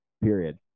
period